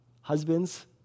Husbands